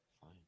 Fine